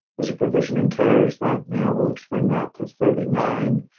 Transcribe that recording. there's a provision in cares that now will extend that to thirty nine.